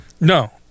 No